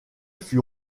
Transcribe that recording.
fut